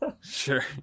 Sure